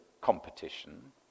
competition